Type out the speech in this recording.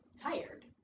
tired